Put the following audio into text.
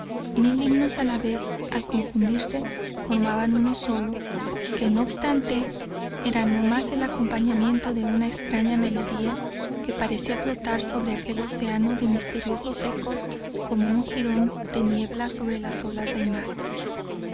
mil himnos á la vez que al confundirse formaban uno solo que no obstante era no más el acompañamiento de una extraña melodía que parecía flotar sobre aquel océano de misteriosos ecos como un girón de niebla sobre las olas del mar